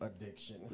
addiction